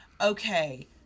okay